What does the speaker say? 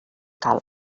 cal